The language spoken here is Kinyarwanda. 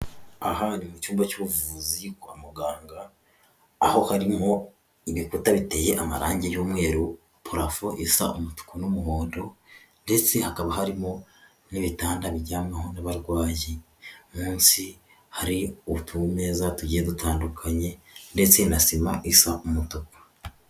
Aha ni mu cyumba cy'ubuvuzi kwa muganga, aho harimo ibikuta biteye amarangi y'umweru, purafo isa umutuku n'umuhondo, ndetse hakaba harimo n'ibitanda bijyamwaho n'abarwayi. Munsi hari utumeza tugiye dutandukanye ndetse na sima isa umutuku.